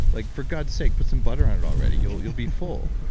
like for god's sake, put some butter on it already. you'll you'll be full,